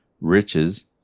riches